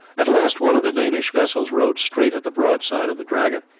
at last one of the danish vessels rowed straight at the broadside of the dragon,